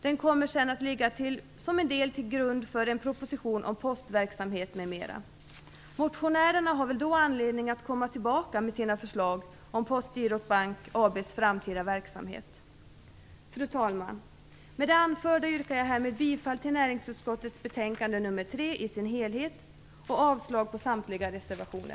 Den kommer sedan till en del att ligga till grund för en proposition om postverksamhet m.m. Motionärerna har anledning att då återkomma med sina förslag om Fru talman! Med det anförda yrkar jag härmed bifall till hemställan i näringsutskottets betänkande nr 3